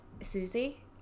Susie